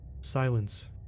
silence